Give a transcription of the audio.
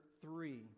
three